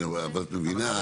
כן אבל את מבינה.